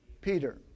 Peter